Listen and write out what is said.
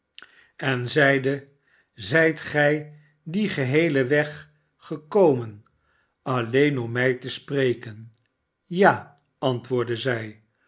en zeide szijt gij dien geheelen weg gekomen alleen om mij te spreken ja antwoordde zij